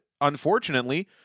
unfortunately